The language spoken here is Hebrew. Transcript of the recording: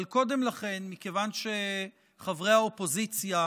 אבל קודם לכן, מכיוון שחברי האופוזיציה